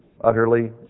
utterly